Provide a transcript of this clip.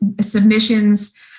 submissions